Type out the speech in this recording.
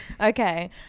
Okay